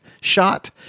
shot